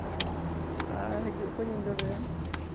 ᱟᱨ ᱦᱤᱡᱩᱜᱼᱟ ᱠᱚ ᱧᱤᱫᱟᱹ ᱵᱮᱲᱟ